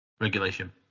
Regulation